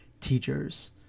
teachers